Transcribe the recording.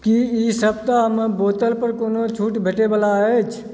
की ई सप्ताहमे बोतलपर कोनो छूट भेटैबला अछि